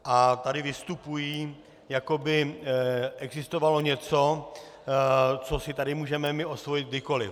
A tady vystupují, jako by existovalo něco, co si tady můžeme osvojit kdykoli.